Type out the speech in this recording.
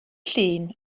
llun